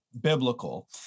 biblical